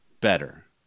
better